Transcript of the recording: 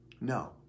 No